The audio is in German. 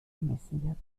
gemessen